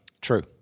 True